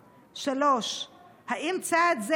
3. האם צעד זה